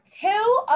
two